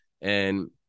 And-